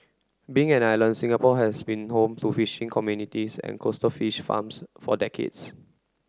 being an island Singapore has been home to fishing communities and coastal fish farms for decades